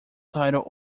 title